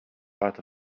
part